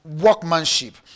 workmanship